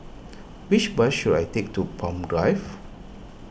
which bus should I take to Palm Drive